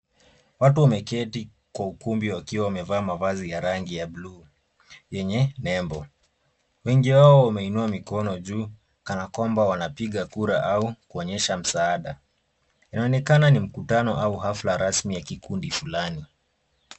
Watu wameketi kwa ukumbi wakiwa wamevaa mavazi ya rangi ya bluu yenye nembo. Wengi wao wameinua mikono juu kana kwamba wanapiga kura au kuonyesha msaada. Inaonekana ni mkutano au hafla rasmi ya kikundi fulani.